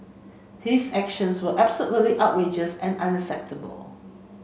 his actions were absolutely outrageous and unacceptable